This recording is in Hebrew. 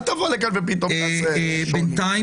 אל תבוא לכאן ופתאום תעשה שוני.